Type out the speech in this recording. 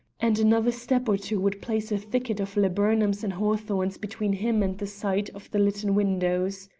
and another step or two would place a thicket of laburnums and hawthorns between him and the sight of the litten windows.